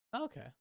Okay